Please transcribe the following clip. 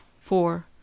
four